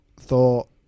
thought